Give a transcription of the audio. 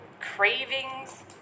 cravings